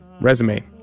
resume